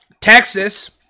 Texas